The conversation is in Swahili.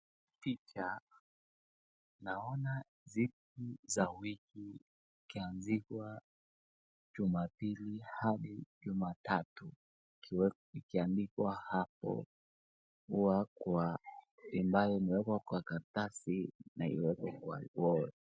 Picha naona siku za wiki ikianziwa jumapili hadi jumatatu ikiandikwa hapo, ambayo imewekwa kwa karatasi na imewekwa kwa wall.